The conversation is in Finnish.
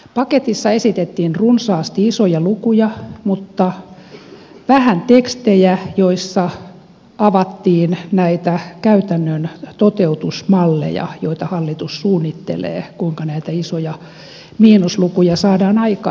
paketissa esitettiin runsaasti isoja lukuja mutta vähän tekstejä joissa avattiin näitä käytännön toteutusmalleja joita hallitus suunnittelee kuinka näitä isoja miinuslukuja saadaan aikaiseksi